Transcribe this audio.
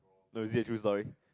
no is it a true story